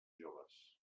joves